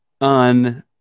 On